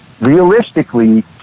realistically